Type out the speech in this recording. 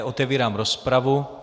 Otevírám rozpravu.